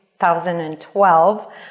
2012